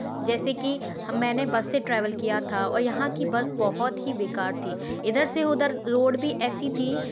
जैसे कि हम मैंने बस से ट्रेवल किया था और यहाँ की बस बहुत ही बेकार थी इधर से उधर रोड भी ऐसी थी